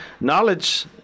knowledge